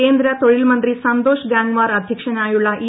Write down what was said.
കേന്ദ്ര തൊഴിൽ മന്ത്രി സന്തോഷ് ഗാംഗ്വാർ അദ്ധ്യക്ഷനായുള്ള ഇ